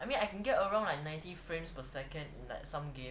I mean I can get around like ninety frames per second like some game